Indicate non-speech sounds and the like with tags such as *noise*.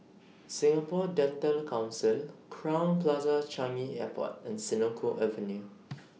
Singapore Dental Council Crowne Plaza Changi Airport and Senoko Avenue *noise*